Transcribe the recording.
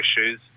issues